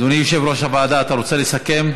אדוני יושב-ראש הוועדה, אתה רוצה לסכם?